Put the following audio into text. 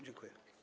Dziękuję.